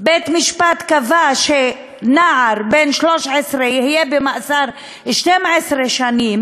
בית-משפט קבע שנער בן 13 יהיה במעצר 12 שנים,